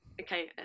okay